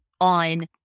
on